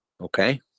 Okay